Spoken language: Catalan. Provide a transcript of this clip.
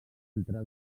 entre